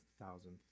thousandth